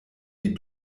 die